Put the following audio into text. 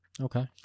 Okay